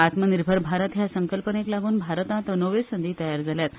आत्मनिर्भर भारत ह्या संकल्पनेक लागुन भारतात नव्यो संधी तयार जाल्यात